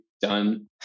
done